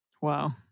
Wow